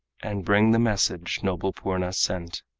and bring the message noble purna sent.